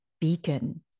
beacon